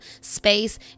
space